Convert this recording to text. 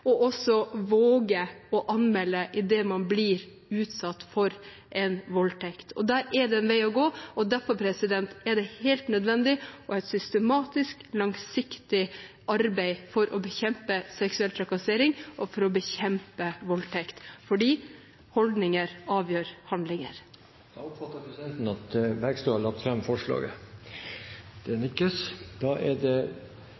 og for at de våger å anmelde når de blir utsatt for en voldtekt. Der er det en vei å gå, og derfor er det helt nødvendig å ha et systematisk og langsiktig arbeid for å bekjempe seksuell trakassering og for å bekjempe voldtekt, fordi holdninger avgjør handlinger. Representanten Kirsti Bergstø har tatt opp forslaget